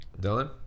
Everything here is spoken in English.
Dylan